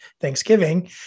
Thanksgiving